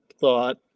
thought